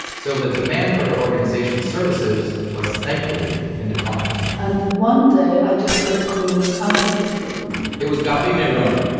so the demand for her organization's services was, thankfully, in decline and one day i just got a call out of the blue it was gabi mairone,